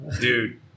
Dude